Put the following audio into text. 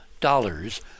dollars